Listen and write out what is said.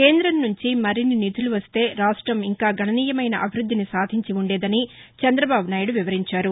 కేంద్రంనుంచి మరిన్ని నిధులు వస్తే రాష్ట్రం ఇంకా గణనీయమైన అభివృద్ధిని సాధించి ఉండేదని చంద్రబాబునాయుడు వివరించారు